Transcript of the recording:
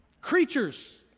creatures